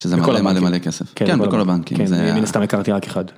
שזה מלא מלא מלא כסף. בכל הבנקים? כן, בכל הבנקים. כן, אני מן הסתם הכרתי רק אחד.